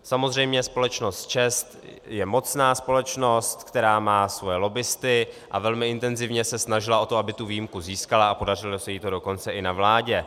Samozřejmě společnost ČEZ je mocná společnost, která má svoje lobbisty a velmi intenzivně se snažila, aby tu výjimku získala, a podařilo se jí to dokonce i na vládě.